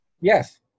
Yes